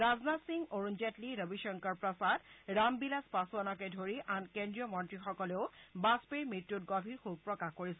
ৰাজনাথ সিং অৰুণ জেটলি ৰবিশংকৰ প্ৰসাদ ৰামবিলাস পাছৱানকে ধৰি আন কেন্দ্ৰীয় মন্ত্ৰীসকলেও বাজপেয়ীৰ মৃত্যুত গভীৰ শোক প্ৰকাশ কৰিছে